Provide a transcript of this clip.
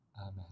Amen